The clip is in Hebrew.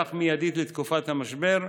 נערך מיידית לתקופת המשבר,